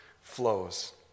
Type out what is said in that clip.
flows